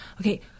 Okay